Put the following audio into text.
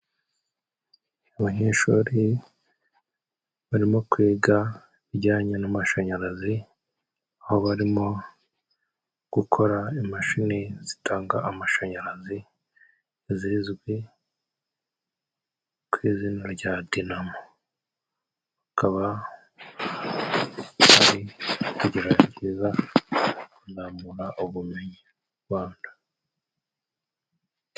Abanyeshuri barimo kwiga ibijyanye n'amashanyarazi, aho barimo gukora imashini zitanga amashanyarazi, zizwi ku izina rya dinamo. Bakaba bari kugerageza kuzamura ubumenyi bw'i Rwanda.